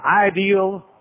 ideal